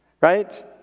Right